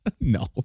No